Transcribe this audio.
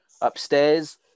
upstairs